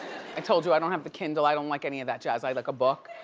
i told you i don't have the kindle, i don't like any of that jazz. i like a book.